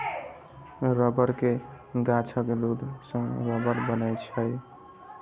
रबड़ के गाछक दूध सं रबड़ बनै छै